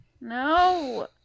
No